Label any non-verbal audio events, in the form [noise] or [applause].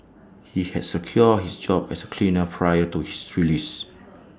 he had secured his job as A cleaner prior to his release [noise]